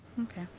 Okay